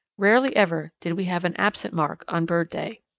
rarely ever did we have an absent mark on bird day.